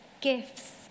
gifts